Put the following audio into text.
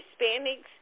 Hispanics